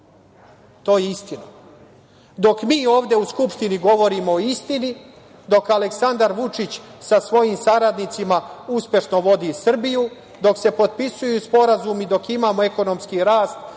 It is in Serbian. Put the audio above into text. To je istina. Dok mi ovde u Skupštini govorimo o istini, dok Aleksandar Vučić sa svojim saradnicima uspešno vodi Srbiju, dok se potpisuju sporazumi, dok imamo ekonomski rast,